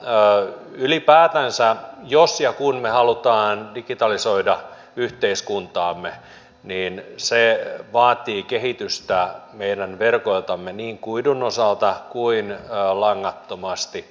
ja ylipäätänsä jos ja kun me haluamme digitalisoida yhteiskuntaamme se vaatii kehitystä meidän verkoiltamme niin kuidun osalta kuin langattomasti